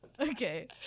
Okay